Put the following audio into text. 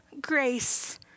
grace